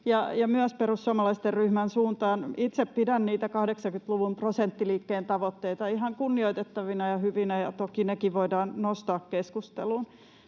tämä perussuomalaisten ryhmän suuntaan: itse pidän niitä 80-luvun prosenttiliikkeen tavoitteita ihan kunnioitettavina ja hyvinä, ja toki nekin voidaan nostaa keskusteluun.